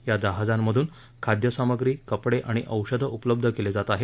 या जहाजांमधून खाद्यसामग्री कपडे आणि औषधं उपलब्ध केले जात आहेत